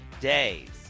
days